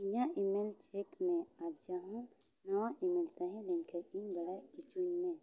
ᱤᱧᱟᱹᱜ email check ᱢᱮ ᱟᱨ ᱡᱟᱦᱟᱸ ᱱᱟᱣᱟ ᱤᱼᱢᱮᱞ ᱛᱟᱦᱮᱸ ᱞᱮᱱᱠᱷᱟᱱ ᱤᱧ ᱵᱟᱲᱟᱭ ᱦᱚᱪᱚᱧ ᱢᱮ